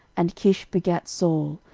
and kish begat saul,